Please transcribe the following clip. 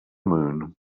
moon